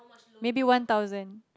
maybe one thousand